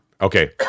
Okay